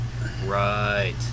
Right